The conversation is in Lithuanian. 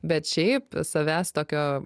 bet šiaip savęs tokio